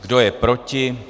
Kdo je proti?